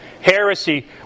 heresy